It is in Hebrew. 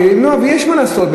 ויש מה לעשות.